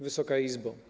Wysoka Izbo!